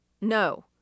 No